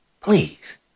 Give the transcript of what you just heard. please